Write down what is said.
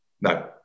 No